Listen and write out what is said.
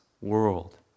world